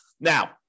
Now